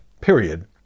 period